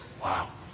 Wow